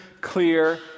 clear